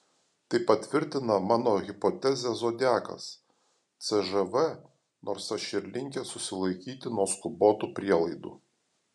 tai patvirtina mano hipotezę zodiakas cžv nors aš ir linkęs susilaikyti nuo skubotų prielaidų